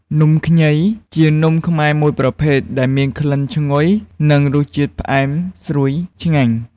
នំខ្ញីជានំខ្មែរមួយប្រភេទ ដែលមានក្លិនឈ្ងុយ និងរសជាតិផ្អែមស្រួយឆ្ងាញ់។